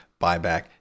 buyback